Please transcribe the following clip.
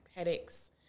Headaches